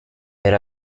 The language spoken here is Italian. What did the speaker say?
per